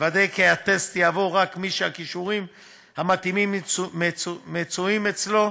לוודא כי טסט יעבור רק מי שהכישורים המתאימים מצויים אצלו,